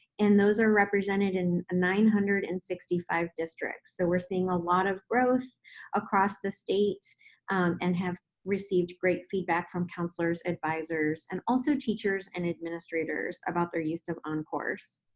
and those are represented in nine hundred and sixty five districts, so we're seeing a lot of growth across the state and have received great feedback from counselors, advisers, and also teachers and administrators about their use of oncourse.